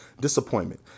Disappointment